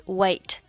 weight